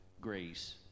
grace